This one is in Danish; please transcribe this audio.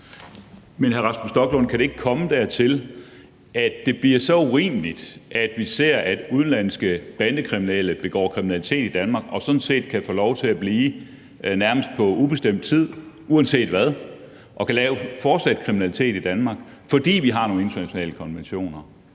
Men, hr. Rasmus Stoklund, kan det ikke komme dertil, at det bliver så urimeligt, at vi ser, at udenlandske bandekriminelle begår kriminalitet i Danmark og de sådan set kan få lov til at blive nærmest på ubestemt tid uanset hvad og fortsat kan lave kriminalitet i Danmark, fordi vi har nogle internationale konventioner?